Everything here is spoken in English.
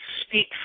speak